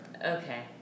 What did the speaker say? Okay